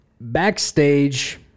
Backstage